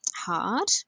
hard